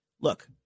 look